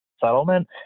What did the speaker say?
settlement